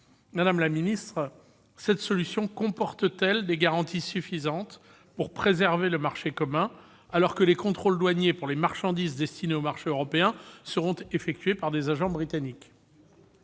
Madame la secrétaire d'État, cette solution comporte-t-elle des garanties suffisantes pour préserver le marché commun, alors que les contrôles douaniers pour les marchandises destinées au marché européen seront effectués par des agents britanniques ?